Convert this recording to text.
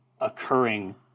occurring